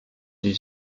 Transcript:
die